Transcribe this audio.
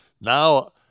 Now